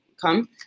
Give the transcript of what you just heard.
come